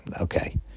okay